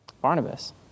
Barnabas